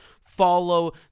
follow